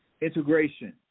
Integration